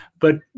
But-